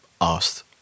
asked